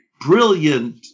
brilliant